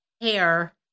hair